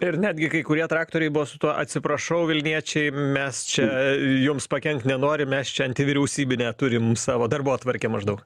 ir netgi kai kurie traktoriai buvo su tuo atsiprašau vilniečiai mes čia jums pakenkti nenorim mes čia antivyriausybinę turim savo darbotvarkę maždaug